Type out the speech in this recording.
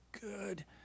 good